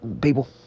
people